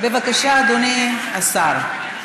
בבקשה, אדוני השר.